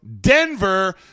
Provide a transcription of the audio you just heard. Denver